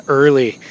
early